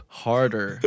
harder